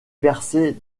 percée